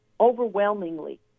overwhelmingly